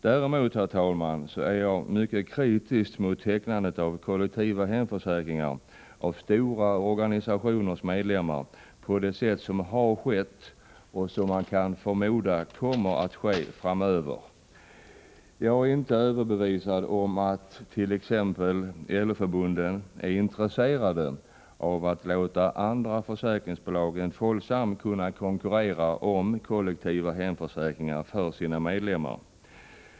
Däremot, herr talman, är jag mycket kritisk mot tecknandet av kollektiva hemförsäkringar av stora organisationers medlemmar på det sätt som har skett och som man kan förmoda kommer att ske framöver. Jag är inte överbevisad om att t.ex. LO-förbunden är intresserade av att låta andra försäkringsbolag än Folksam genom anbud konkurrera om kollektiva hemförsäkringar för LO-medlemmar.